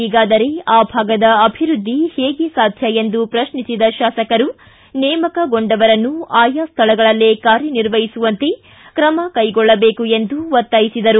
ಹೀಗಾದರೆ ಆ ಭಾಗದ ಅಭಿವೃದ್ಧಿ ಹೇಗೆ ಸಾಧ್ಯ ಎಂದು ಪ್ರಕ್ನಿಸಿದ ಶಾಸಕರು ನೇಮಕಗೊಂಡವರನ್ನು ಆಯಾ ಸ್ಥಳಗಳಲ್ಲೇ ಕಾರ್ಯನಿರ್ವಹಿಸುವಂತೆ ಕ್ರಮ ಕೈಗೊಳ್ಳಬೇಕು ಎಂದು ಒತ್ತಾಯಿಸಿದರು